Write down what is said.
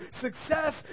Success